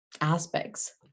aspects